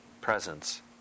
presence